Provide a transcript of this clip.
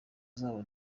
zabo